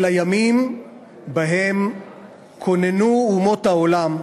אל הימים שבהם כוננו אומות העולם,